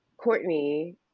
Courtney